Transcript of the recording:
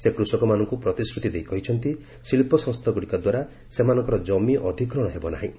ସେ କୃଷକମାନଙ୍କୁ ପ୍ରତିଶ୍ରୁତି ଦେଇ କହିଛନ୍ତି ଯେ ଶିଳ୍ପସଂସ୍ଥାଗୁଡିକ ଦ୍ୱାରା ସେମାନଙ୍କର ଜମି ଅଧିଗ୍ରହଣ ହେବ ନାହିଁ